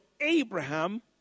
Abraham